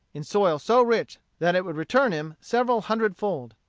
in soil so rich that it would return him several hundred-fold.